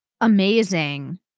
amazing